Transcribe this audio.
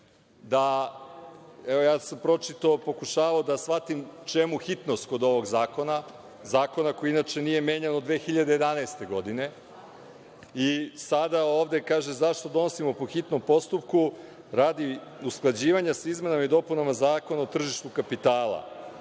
da evo ja sam pročitao i pokušao da shvatim čemu hitnost kod ovog zakona, zakona koji inače nije menjan od 2011. godine, i sada ovde kaže - zašto donosimo po hitnom postupku - radi usklađivanja sa izmenama i dopunama Zakona o tržištu kapitala